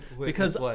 because-